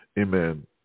Amen